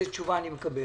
איזו תשובה אקבל